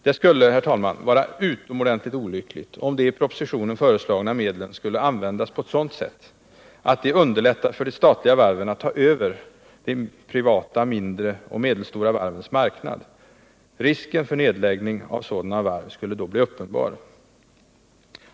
Det skulle, herr talman, vara utomordentligt olyckligt om de i propositionen föreslagna medlen skulle användas på ett sådant sätt att de underlättade för de statliga varven att ta över de privata mindre och medelstora varvens marknad. Risken för nedläggning av sådana varv skulle då bli uppenbar.